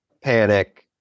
panic